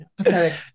Okay